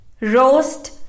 roast